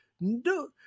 no